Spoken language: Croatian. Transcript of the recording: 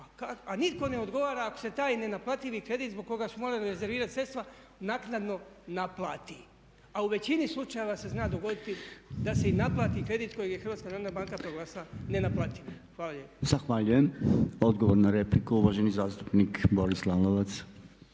a nitko ne odgovara ako se taj nenaplativi kredit zbog kojeg su morali rezervirati sredstva naknadno naplati. A u većini slučajeva se zna dogoditi da se i naplati kredit kojeg je HNB proglasila nenaplativim. Hvala lijepa. **Podolnjak, Robert (MOST)** Odgovor na repliku uvaženi zastupnik Boris Lalovac.